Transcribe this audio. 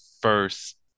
first